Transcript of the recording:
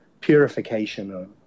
purification